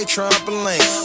Trampoline